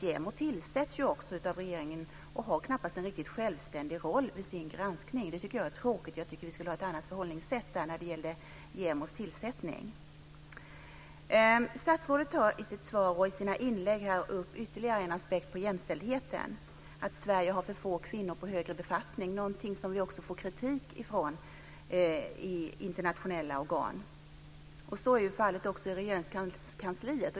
JämO tillsätts ju av regeringen och har knappast en riktigt självständig roll i sin granskning. Det är tråkigt. Jag tycker att vi ska ha ett annat förhållningssätt i fråga om tillsättningen av JämO. Statsrådet tog i sitt svar och i sina inlägg upp ytterligare en aspekt på jämställdheten, nämligen att det i Sverige finns för få kvinnor i högre befattningar. Det är någonting som Sverige får kritik för i internationella organ. Så är fallet också i Regeringskansliet.